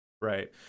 Right